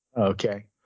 Okay